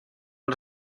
els